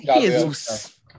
Jesus